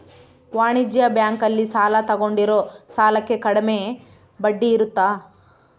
ವಾಣಿಜ್ಯ ಬ್ಯಾಂಕ್ ಅಲ್ಲಿ ಸಾಲ ತಗೊಂಡಿರೋ ಸಾಲಕ್ಕೆ ಕಡಮೆ ಬಡ್ಡಿ ಇರುತ್ತ